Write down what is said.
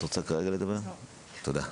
בוקר טוב,